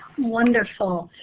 wonderful.